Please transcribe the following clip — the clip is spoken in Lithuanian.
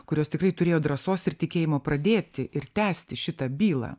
kurios tikrai turėjo drąsos ir tikėjimo pradėti ir tęsti šitą bylą